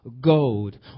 gold